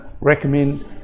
recommend